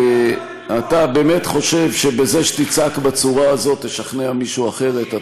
אתה באמת חושב שבזה שתצעק בצורה הזאת תשכנע מישהו אחרת?